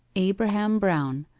abraham brown,